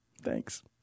Thanks